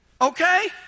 Okay